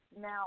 now